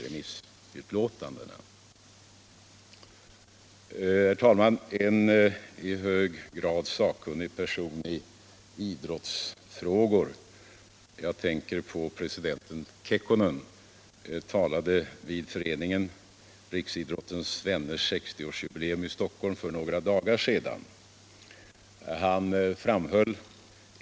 En i hög grad sakkunnig person i idrottsfrågor — jag tänker på president Kekkonen — talade vid Föreningen Riksidrottens vänners 60-årsjubileum i Stockholm för några dagar sedan.